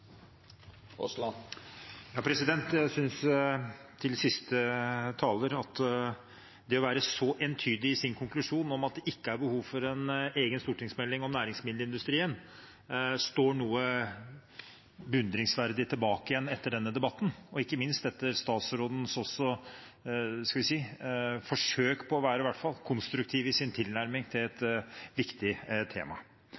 at det å være så entydig i sin konklusjon om at det ikke er behov for en egen stortingsmelding om næringsmiddelindustrien, står noe beundringsverdig igjen etter denne debatten, ikke minst etter statsrådens – skal vi si – forsøk på å være i hvert fall konstruktiv i sin tilnærming til